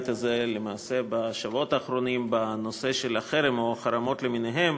הזה בשבועות האחרונים בנושא החרם או חרמות למיניהם.